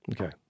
Okay